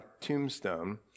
tombstone